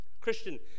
Christian